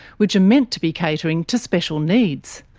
which are meant to be catering to special needs.